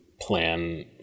plan